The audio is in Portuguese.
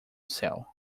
céu